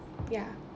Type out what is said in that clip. ya